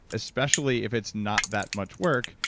especially if it's not that much work,